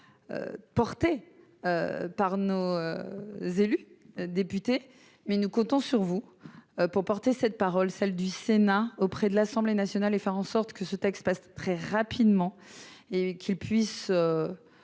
porté par nos élus députés mais nous comptons sur vous pour porter cette parole, celle du Sénat, auprès de l'Assemblée nationale et faire en sorte que ce texte passe très rapidement et qu'ils puissent